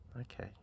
Okay